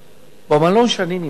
במלון שאני נמצא,